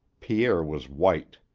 pierre was white.